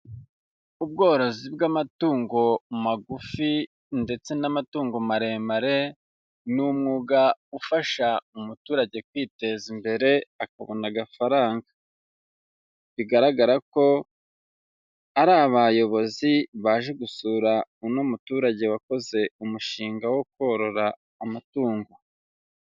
Ubworozi bw'amatungo magufi ndetse n'amatungo maremare n'umwuga ufasha umuturage kwiteza imbere akabona agafaranga, bigaragara ko ari abayobozi baje gusura uno muturage wakoze umushinga wo korora amatungo.